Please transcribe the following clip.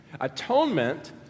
Atonement